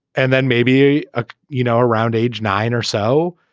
and then maybe ah you know around age nine or so.